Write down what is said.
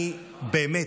אני באמת,